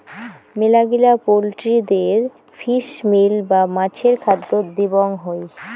মেলাগিলা পোল্ট্রিদের fish meal বা মাছের খাদ্য দিবং হই